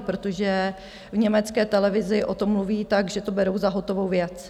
Protože v německé televizi o tom mluví tak, že to berou za hotovou věc.